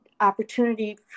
opportunity